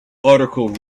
article